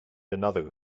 another